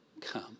come